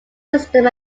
system